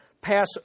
pass